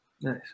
Nice